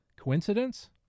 Coincidence